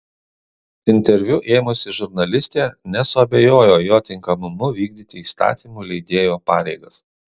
interviu ėmusi žurnalistė nesuabejojo jo tinkamumu vykdyti įstatymų leidėjo pareigas